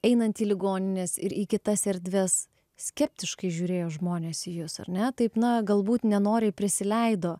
einant į ligonines ir į kitas erdves skeptiškai žiūrėjo žmonės į jus ar ne taip na galbūt nenoriai prisileido